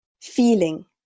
feeling